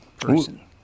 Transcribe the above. person